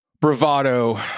bravado